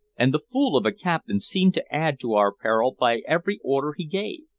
and the fool of a captain seemed to add to our peril by every order he gave.